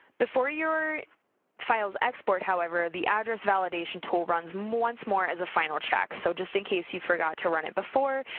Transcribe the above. before your files export, however, the address validation tool runs once more as a final check, so just in case you forgot to run it before,